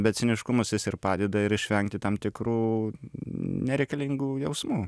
bet ciniškumas jis ir padeda ir išvengti tam tikrų nereikalingų jausmų